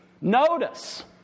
Notice